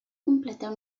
completar